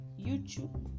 YouTube